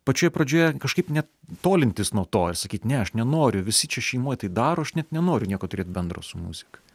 pačioje pradžioje kažkaip ne tolintis nuo to ir sakyt ne aš nenoriu visi čia šeimoj tai daro aš net nenoriu nieko turėt bendro su muzika